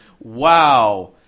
Wow